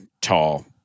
tall